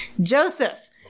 Joseph